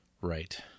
Right